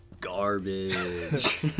garbage